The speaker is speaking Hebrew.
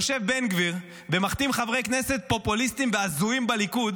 יושב בן גביר ומחתים חברי כנסת פופוליסטים והזויים בליכוד